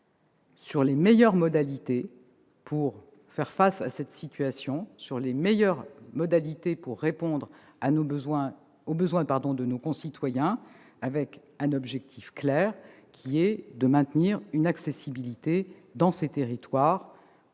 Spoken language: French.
sur les meilleures modalités pour faire face à cette situation et pour répondre aux besoins de nos concitoyens, avec un objectif clair : maintenir une accessibilité dans ces territoires,